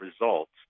results